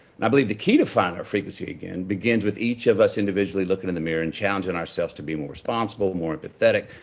and i believe the key to finding our frequency again begins with each of us individually looking in the mirror and challenging ourselves to be more responsible, more empathetic,